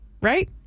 right